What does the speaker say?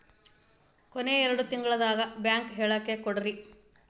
ಕೊನೆ ಎರಡು ತಿಂಗಳದು ಬ್ಯಾಂಕ್ ಹೇಳಕಿ ಕೊಡ್ರಿ